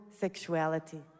sexuality